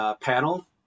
panel